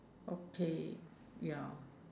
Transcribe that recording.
okay ya